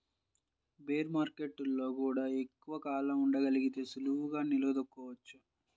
bear మార్కెట్టులో గూడా ఎక్కువ కాలం ఉండగలిగితే సులువుగా నిలదొక్కుకోవచ్చు